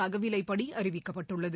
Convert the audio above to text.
அகவிலைப்படி அறிவிக்கப்பட்டுள்ளது